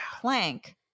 plank